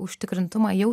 užtikrintumą jau